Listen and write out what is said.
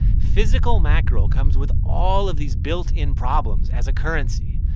physical mackerel comes with all of these built-in problems as a currency.